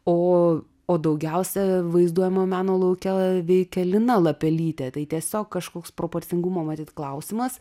o o daugiausia vaizduojamo meno lauke veikia lina lapelytė tai tiesiog kažkoks proporcingumo matyt klausimas